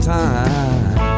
time